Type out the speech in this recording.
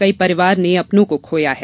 कई परिवारों ने अपनों को खोया है